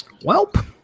Welp